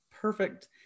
perfect